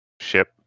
ship